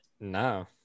No